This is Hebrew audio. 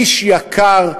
איש יקר,